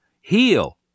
Heel